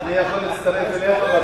אני יכול להצטרף אליך.